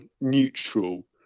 neutral